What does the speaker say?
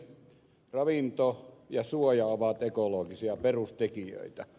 ravinto ja suoja ovat ekologisia perustekijöitä